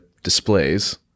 displays